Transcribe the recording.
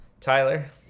tyler